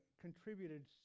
contributed